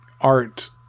art